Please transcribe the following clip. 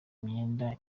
imyenda